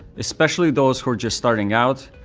especially those who are just starting out,